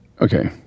Okay